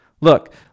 Look